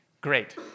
Great